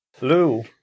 Lou